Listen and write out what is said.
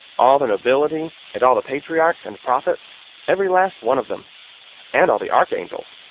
all the nobility, and all the patriarchs and prophets every last one of them and all the archangels,